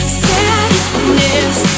sadness